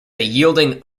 yielding